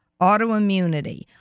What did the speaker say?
autoimmunity